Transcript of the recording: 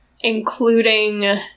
including